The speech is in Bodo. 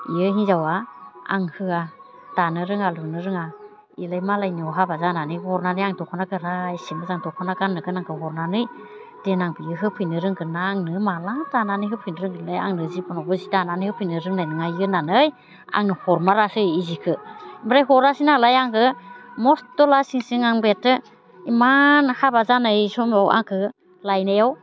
बियो हिनजावआ आं होआ दानो रोङा लुनो रोङा बिलाय मालायनियाव हाबा जानानै हरनानै आं दखना गोरा इसे मोजां दखना गाननोगोनांखौ हरनानै देनां बियो होफैनो रोंगोन ना आंनो माला दानानै होफैनो रोंगोन बिलाय आंनो जिबनावबो सि दानानै होफैनो रोंनाय नङा बियो होननानै आंनो हरमारासै बि सिखौ ओमफ्राय हरासै नालाय आंबो मस्ट' लासिंसिं आं बेथ्थो इमान हाबा जानाय समाव आंखौ लायनायाव